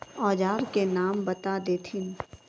औजार के नाम बता देथिन?